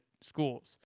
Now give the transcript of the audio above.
schools